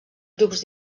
grups